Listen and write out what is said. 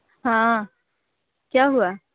हाँ क्या हुआ